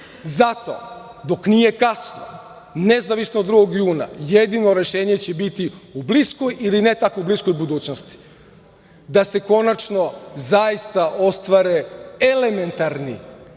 Zato dok nije kasno, nezavisno od 2. juna, jedino rešenje će biti u bliskoj ili ne tako bliskoj budućnosti da se konačno zaista ostvare elementarni,